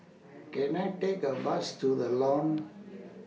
Can I Take A Bus to The Lawn